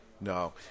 No